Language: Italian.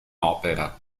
opera